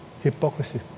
Hypocrisy